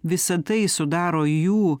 visa tai sudaro jų